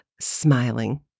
smiling